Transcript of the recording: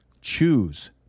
Choose